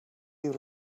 you